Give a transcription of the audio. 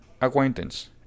acquaintance